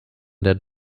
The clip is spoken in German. der